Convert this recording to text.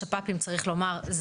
השפ"פים צריך לומר,